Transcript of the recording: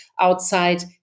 outside